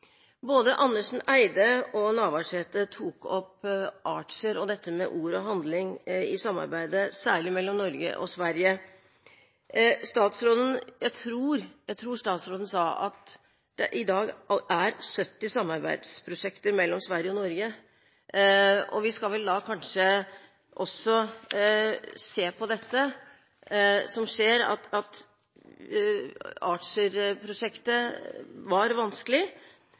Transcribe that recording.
Både Andersen Eide og Navarsete tok opp Archer og dette med ord og handling i samarbeidet, særlig mellom Norge og Sverige. Jeg tror statsråden sa at det i dag er 70 samarbeidsprosjekter mellom Sverige og Norge. Vi skal kanskje også se på det som skjer, ut fra at Archer-prosjektet var vanskelig,